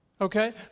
okay